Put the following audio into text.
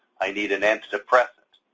i need an antidepressant.